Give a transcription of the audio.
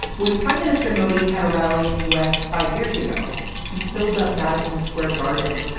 when prime minister modi had a rally in the u s. five years ago he filled up madison square garden